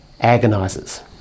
agonizes